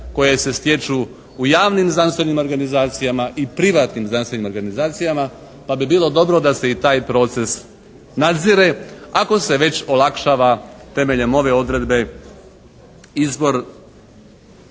koje se stiču u javnim znanstvenim organizacijama i privatnim znanstvenim organizacijama, pa bi bilo dobro da se i taj proces nadzire, ako se već olakšava temeljem ove odredbe izbor